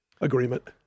agreement